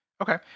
Okay